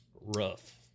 Rough